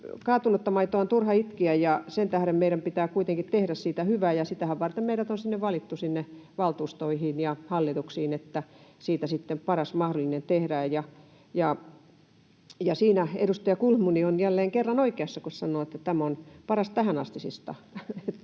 kaatunutta maitoa on turha itkeä, ja sen tähden meidän pitää kuitenkin tehdä siitä hyvä, ja sitähän varten meidät on valittu sinne valtuustoihin ja hallituksiin, että siitä sitten paras mahdollinen tehdään. Siinä edustaja Kulmuni on jälleen kerran oikeassa, kun sanoi, että tämä on paras tähänastisista.